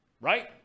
right